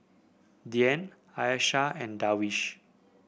Dian Aishah and Darwish